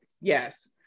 Yes